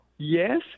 yes